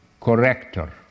corrector